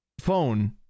phone